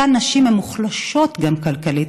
אותן נשים הן מוחלשות גם כלכלית.